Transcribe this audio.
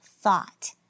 thought